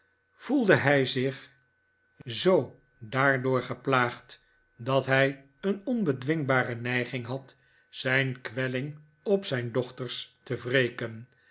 voelde hij zich zoo daardoor geplaagd dat hij een onbedwingbare neiging had zijn kwelling op zijn dochters te